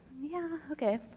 yeah? okay.